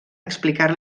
explicar